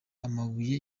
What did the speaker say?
amabuye